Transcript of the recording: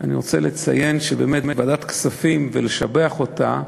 אני רוצה לציין את ועדת הכספים ולשבח אותה.